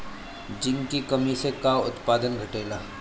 Zinc की कमी से का उत्पादन घटेला?